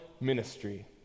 ministry